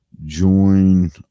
Join